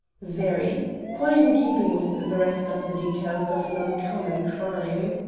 very. quite in keeping with the rest of the details of an uncommon crime.